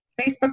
Facebook